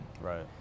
Right